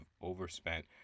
overspent